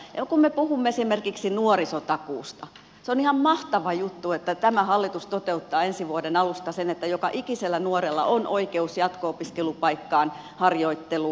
ja kun me puhumme esimerkiksi nuorisotakuusta se on ihan mahtava juttu että tämä hallitus toteuttaa ensi vuoden alusta sen että joka ikisellä nuorella on oikeus jatko opiskelupaikkaan harjoitteluun